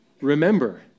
remember